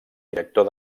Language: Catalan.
director